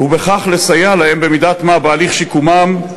ובכך לסייע להם במידת-מה בהליך שיקומם.